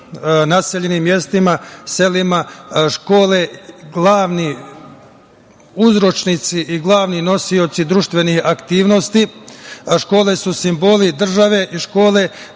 naseljenim mestima, selima, škole glavni uzročnici i glavni nosioci društvenih aktivnosti. Škole su simboli države i škole